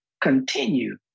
continue